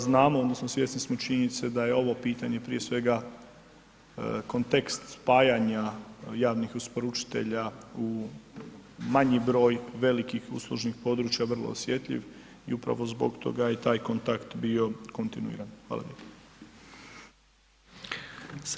Znamo odnosno svjesni smo činjenice da je ovo pitanje prije svega kontekst spajanja javnih isporučitelja u manji broj velikih uslužnih područja vrlo osjetljiv i upravo zbog toga i taj kontakt bio kontinuiran, hvala.